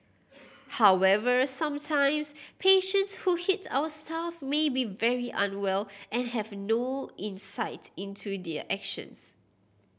however sometimes patients who hit our staff may be very unwell and have no insight into their actions